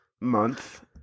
month